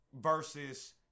versus